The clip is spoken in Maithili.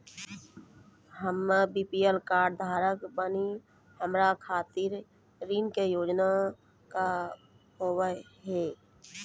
हम्मे बी.पी.एल कार्ड धारक बानि हमारा खातिर ऋण के योजना का होव हेय?